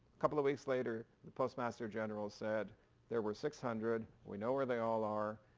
couple of weeks later the postmaster general said there were six hundred, we know where they all are,